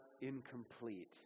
incomplete